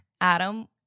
Adam